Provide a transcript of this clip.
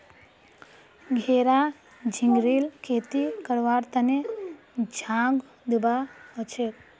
घेरा झिंगलीर खेती करवार तने झांग दिबा हछेक